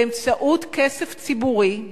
באמצעות כסף ציבורי,